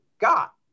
got